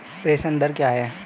प्रेषण दर क्या है?